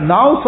Now